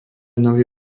nový